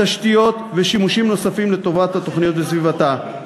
תשתיות ושימושים נוספים לטובת התוכנית וסביבתה.